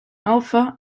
alfa